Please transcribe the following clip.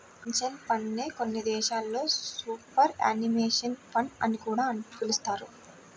pension fund నే కొన్ని దేశాల్లో సూపర్ యాన్యుయేషన్ ఫండ్ అని కూడా పిలుస్తారు